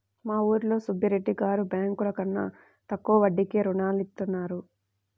మా ఊరిలో సుబ్బిరెడ్డి గారు బ్యేంకుల కన్నా తక్కువ వడ్డీకే రుణాలనిత్తారు